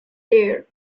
there